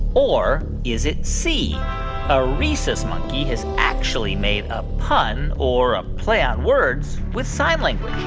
or is it c a rhesus monkey has actually made a pun, or a play on words, with sign language?